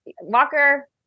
Walker